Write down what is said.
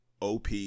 op